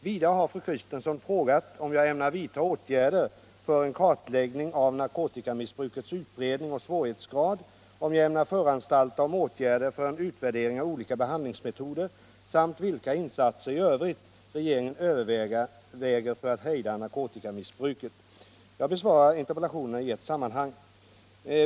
Vidare har fru Kristensson frågat om jag ämnar vidta åtgärder för en kartläggning av narkotikamissbrukets utbredning och svårighetsgrad, om jag ämnar föranstalta om åtgärder för en utvärdering av olika behandlingsmetoder samt vilka insatser i övrigt regeringen överväger för att hejda narkotikamissbruket. Jag besvarar interpellationerna i ett sammanhang.